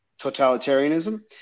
totalitarianism